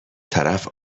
طرف